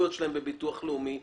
בביטוח לאומי.